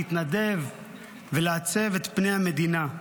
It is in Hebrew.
להתנדב ולעצב את פני המדינה.